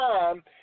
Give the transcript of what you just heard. time